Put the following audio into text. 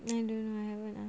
I don't know I haven't ask